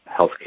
healthcare